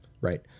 Right